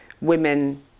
women